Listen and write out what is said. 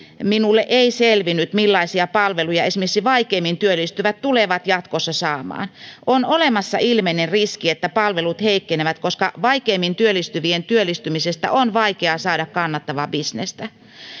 minulle ei selvinnyt millaisia palveluja esimerkiksi vaikeimmin työllistyvät tulevat jatkossa saamaan on olemassa ilmeinen riski että palvelut heikkenevät koska vaikeimmin työllistyvien työllistymisestä on vaikeaa saada kannattavaa bisnestä